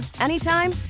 anytime